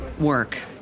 work